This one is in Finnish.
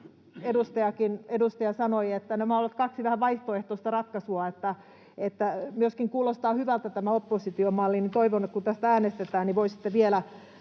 edustaja sanoi, että nämä ovat olleet kaksi vähän vaihtoehtoista ratkaisua ja kuulostaa hyvältä myöskin tämä opposition malli. Toivon, että kun tästä äänestetään, niin voisitte vielä